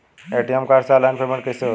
ATM card से online payment कैसे होई?